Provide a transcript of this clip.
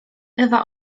ewa